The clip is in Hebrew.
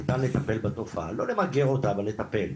ניתן לטפל בתופעה, לא למגר אותה, אבל לטפל.